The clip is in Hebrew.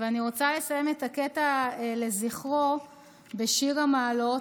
אני רוצה לסיים את הקטע לזכרו בשיר המעלות,